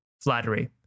Flattery